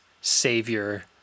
savior